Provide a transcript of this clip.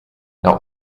not